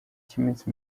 cy’iminsi